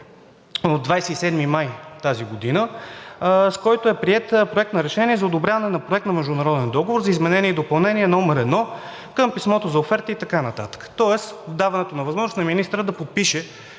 от 27 май тази година, с който е приет Проект на решение за одобряване на Проект на международен договор за изменение и допълнение № 1 към писмото за оферта и така нататък, тоест даването на възможност на министъра да подпише